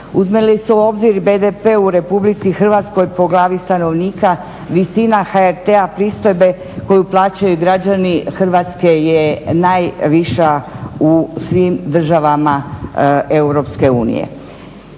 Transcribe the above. Uzme li se u obzir BDP u RH po glavi stanovnika visina HRT-a pristojbe koju plaćaju građani Hrvatske je najviša u svim državama